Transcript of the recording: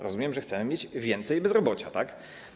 Rozumiem, że chcemy mieć więcej bezrobocia, tak?